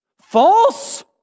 False